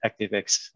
ActiveX